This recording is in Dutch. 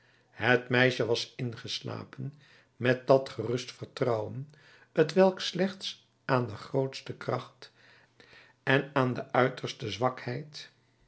het meisje was ingeslapen met dat gerust vertrouwen t welk slechts aan de grootste kracht en aan de uiterste zwakheid